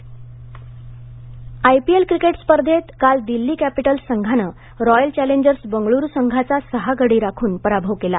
IPL IPL cricket स्पर्धेत काल Delhi Capitals संघानं रॉयल चॅलेन्जर बंगळुरु संघाचा सहा गडी राखून पराभव केला